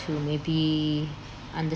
to maybe understand